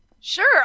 sure